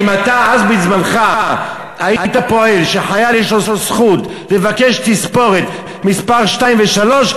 כי אם אתה אז בזמנך היית פועל שחייל יש לו זכות לבקש תספורת מס' 2 ו-3,